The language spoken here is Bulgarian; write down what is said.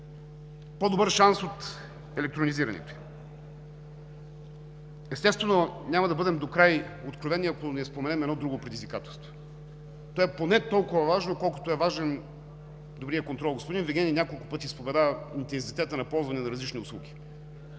по-добър от електронизирането. Естествено, няма да бъдем докрай откровени, ако не споменем едно друго предизвикателство, което е поне толкова важно, колкото е важен добрият контрол. Господин Вигенин няколко пъти спомена „интензитета на ползване на различни услуги“.